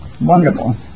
wonderful